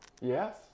Yes